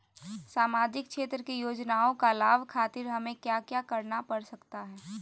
सामाजिक क्षेत्र की योजनाओं का लाभ खातिर हमें क्या क्या करना पड़ सकता है?